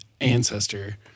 ancestor